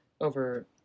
over